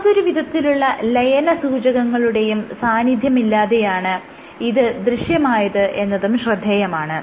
യാതൊരു വിധത്തിലുള്ള ലയനസൂചകങ്ങളുടെയും സാന്നിധ്യമില്ലാതെയാണ് ഇത് ദൃശ്യമായത് എന്നതും ശ്രദ്ധേയമാണ്